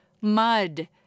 mud